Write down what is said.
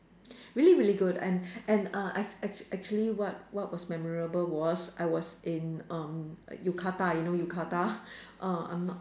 really really good and and uh act~ act~ actually what what was memorable was I was in um yukata you know yukata err I'm not